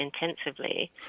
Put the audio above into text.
intensively